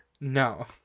No